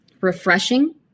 refreshing